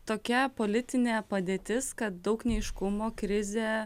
tokia politinė padėtis kad daug neaiškumo krizė